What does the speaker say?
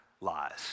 lies